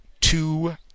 two